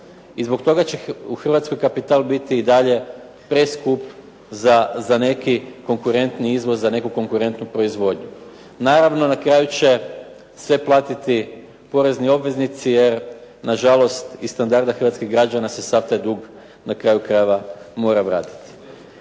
i zbog toga će u Hrvatskoj kapital biti i dalje preskup za neki konkurentni izvoz, za neku konkurentnu proizvodnju. Naravno na kraju će sve platiti porezni obveznici jer nažalost iz standarda hrvatskih građana se sav taj dug, na kraju krajeva, mora vratiti.